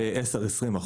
ב-10%-20%,